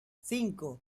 cinco